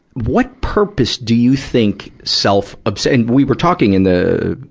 what purpose, do you think, self-ob ah and we were talking in the,